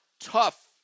tough